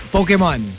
Pokemon